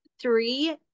three